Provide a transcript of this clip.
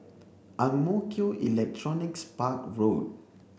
Ang Mo Kio Electronics Park Road